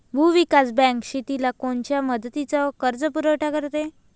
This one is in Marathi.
भूविकास बँक शेतीला कोनच्या मुदतीचा कर्जपुरवठा करते?